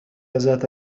ذات